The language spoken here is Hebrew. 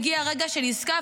מגיע רגע של עסקה,